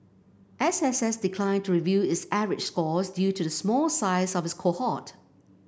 S S S declined to reveal its average scores due to the small size of its cohort